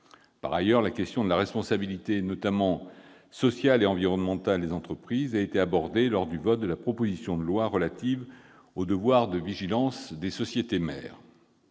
Par ailleurs, la question de la responsabilité, notamment sociale et environnementale, des entreprises a été abordée lors du vote de la proposition de loi relative au devoir de vigilance des sociétés mères.